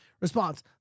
response